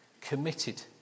committed